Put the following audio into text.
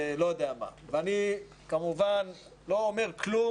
אני כמובן לא אומר כלום,